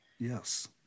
Yes